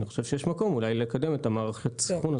אני חושב שיש מקום אולי לקדם את מערכת הסנכרון.